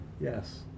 Yes